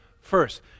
first